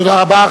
תודה רבה.